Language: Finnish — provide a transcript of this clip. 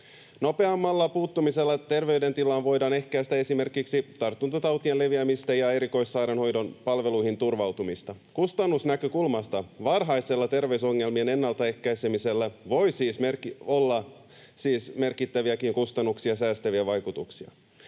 Nopeammalla puuttumisella terveydentilaan voidaan ehkäistä esimerkiksi tartuntatautien leviämistä ja erikoissairaanhoidon palveluihin turvautumista. Kustannusnäkökulmasta varhaisella terveysongelmien ennaltaehkäisemisellä voi siis olla merkittäviäkin kustannuksia säästäviä vaikutuksia.